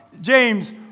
James